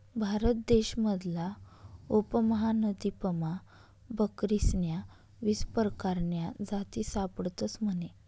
भारत देश मधला उपमहादीपमा बकरीस्न्या वीस परकारन्या जाती सापडतस म्हने